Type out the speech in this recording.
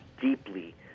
deeply